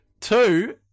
Two